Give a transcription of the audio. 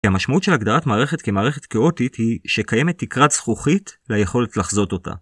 המשמעות של הגדרת מערכת כמערכת קאוטית היא שקיימת תקרת זכוכית ליכולת לחזות אותה.